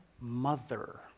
mother